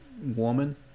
woman